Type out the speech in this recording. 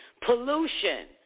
Pollution